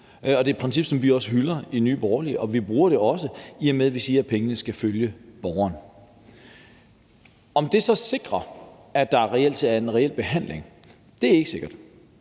det er et princip, som vi også hylder i Nye Borgerlige, og vi bruger det også, i og med at vi siger, at pengene skal følge borgeren. Om det så sikrer, at der reelt er en behandlingsmulighed, er ikke sikkert.